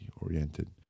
oriented